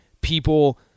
people